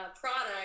product